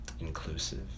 inclusive